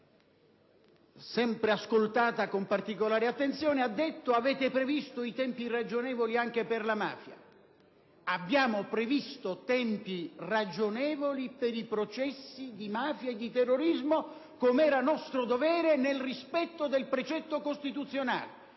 viene sempre ascoltata con particolare attenzione, ha detto che abbiamo previsto tempi ragionevoli anche per la mafia: abbiamo previsto tempi ragionevoli per i processi di mafia e di terrorismo, come era nostro dovere, nel rispetto del precetto costituzionale.